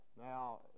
now